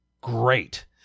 great